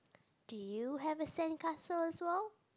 do you have a sandcastle as well